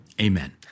Amen